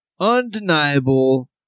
undeniable